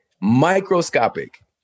Microscopic